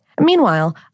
Meanwhile